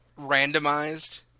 randomized